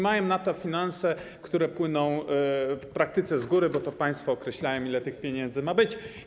Mają na to finanse, które w praktyce płyną z góry, bo to państwo określają, ile tych pieniędzy ma być.